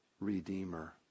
Redeemer